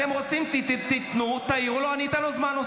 תודה.